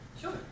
Sure